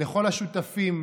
לכל השותפים,